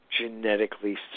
genetically